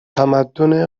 تمدن